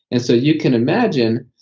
and so you can imagine,